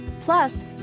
Plus